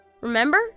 Remember